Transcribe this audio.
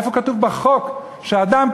איפה כתוב בחוק שאדם,